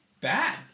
bad